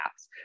apps